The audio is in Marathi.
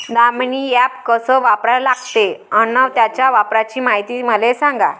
दामीनी ॲप कस वापरा लागते? अन त्याच्या वापराची मायती मले सांगा